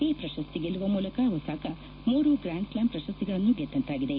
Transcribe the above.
ಈ ಪ್ರಶಸ್ತಿ ಗೆಲ್ಲುವ ಮೂಲಕ ಒಸಾಕಾ ಮೂರು ಗ್ರಾನ್ ಸ್ಲಾಮ್ ಪ್ರಶಸ್ತಿಗಳನ್ನು ಗೆದ್ಲಂತಾಗಿದೆ